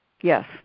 Yes